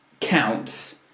counts